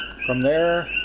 from there,